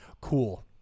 cool